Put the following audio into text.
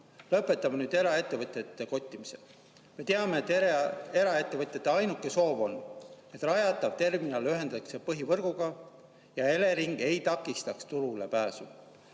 Lõpetame eraettevõtjate kottimise. Me teame, et eraettevõtjate ainuke soov on, et rajatav terminal ühendataks põhivõrguga ja Elering ei takistaks turulepääsu.